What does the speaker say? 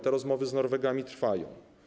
Te rozmowy z Norwegami trwają.